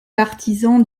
partisan